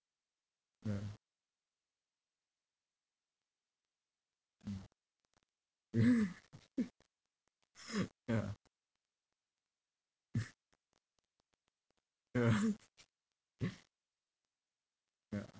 ya mm ya ya ya